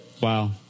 wow